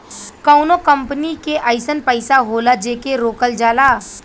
कउनो कंपनी के अइसन पइसा होला जेके रोकल जाला